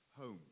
home